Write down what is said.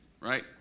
right